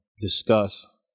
discuss